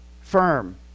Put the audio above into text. Firm